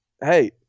hey